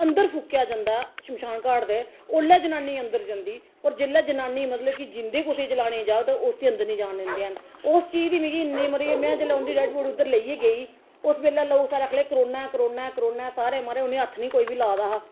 अंदर फुकेआ जंदा शमशान घाट दे ओल्लै जनानी अंदर जंदी होर जेल्लै जनानी मतलब कि जींदे कुसै गी जलाने गी जाह्ग तां उसी अंदर नी जान दिंदे हैन ओस चीज दी मिगी इ'न्नी मतलब कि में जेल्लै उं'दी डैड बाडी उद्धर लेइयै गेई उस बेल्लै लोक सारे आखन लगे करोना ऐ करोना ऐ करोना ऐ सारे महाराज उ'नेंगी हत्थ नी कोई बी लादा हा